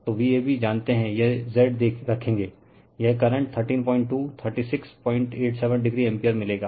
तो Vab जानते हैं यह Z रखेंगे यह करंट 132 3687o एम्पीयर मिलेगा